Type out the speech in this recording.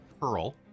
pearl